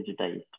digitized